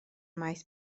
maes